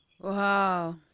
Wow